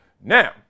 now